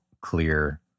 clear